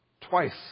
Twice